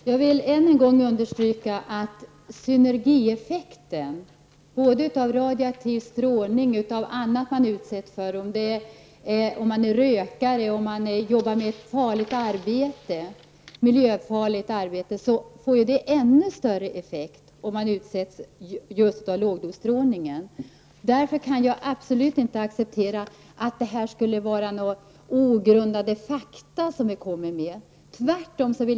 Herr talman! Jag vill än en gång understryka att synergieffekterna både av radioaktiv strålning och av annat som man utsätts för, t.ex. cigarettrök, och farlig arbetsmiljö, blir ännu större om man utsätts för lågdosstrålning. Därför kan jag absolut inte acceptera att det skulle vara några ogrundade fakta som vi för fram, tvärtom.